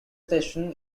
station